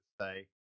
say